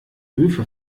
höfe